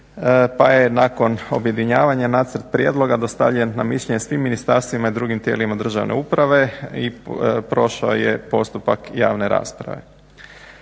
pa je nakon objedinjavanja nacrt prijedloga dostavljen na mišljenje svim ministarstvima i drugim tijelima državne uprave i prošao je postupak javne rasprave.